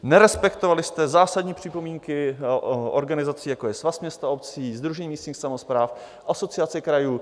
Nerespektovali jste zásadní připomínky organizací, jako je Svaz měst a obcí, Sdružení místních samospráv, Asociace krajů.